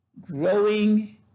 Growing